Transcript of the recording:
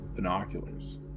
Binoculars